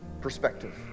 perspective